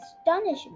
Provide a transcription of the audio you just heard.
astonishment